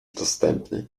dostępny